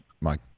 Mike